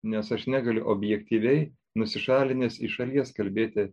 nes aš negaliu objektyviai nusišalinęs iš šalies kalbėti